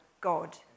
God